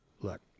look